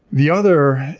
the other